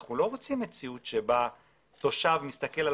אנחנו לא רוצים מציאות שתושב מסתכל על